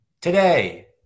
Today